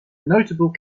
notable